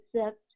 accept